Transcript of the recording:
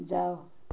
ଯାଅ